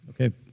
Okay